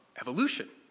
evolution